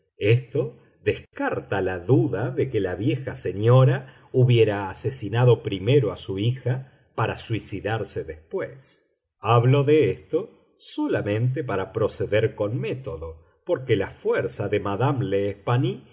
esto descarta la duda de que la vieja señora hubiera asesinado primero a su hija para suicidarse después hablo de esto solamente para proceder con método porque la fuerza de madame